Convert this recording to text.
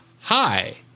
hi